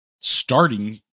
starting